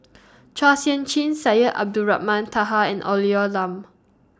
Chua Sian Chin Syed Abdulrahman Taha and Olivia Lum